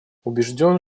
убежден